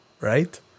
right